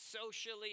socially